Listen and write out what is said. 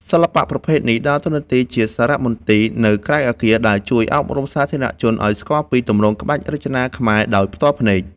សិល្បៈប្រភេទនេះដើរតួនាទីជាសារមន្ទីរនៅក្រៅអគារ ដែលជួយអប់រំសាធារណជនឱ្យស្គាល់ពីទម្រង់ក្បាច់រចនាខ្មែរដោយផ្ទាល់ភ្នែក។